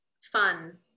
fun